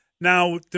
Now